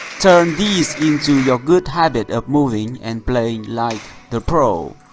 turn these into your good habit of moving, and playing like the pro.